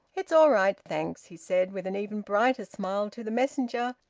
it's all right, thanks, he said, with an even brighter smile to the messenger,